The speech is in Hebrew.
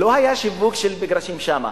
לא היה שיווק של מגרשים שם.